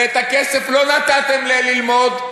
ואת הכסף לא נתתם להם כדי ללמוד,